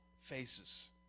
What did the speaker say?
faces